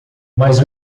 mas